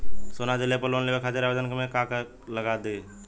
सोना दिहले पर लोन लेवे खातिर आवेदन करे म का का लगा तऽ?